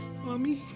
Mommy